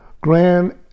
Grand